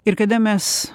ir kada mes